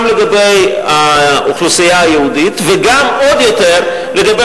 גם לגבי האוכלוסייה היהודית, וגם, עוד יותר,